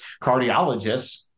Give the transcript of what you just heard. cardiologists